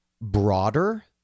broader